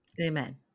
Amen